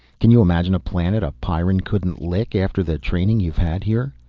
can you imagine a planet a pyrran couldn't lick after the training you've had here?